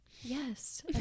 yes